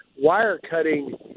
wire-cutting